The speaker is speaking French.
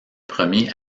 premier